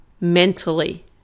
mentally